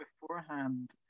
beforehand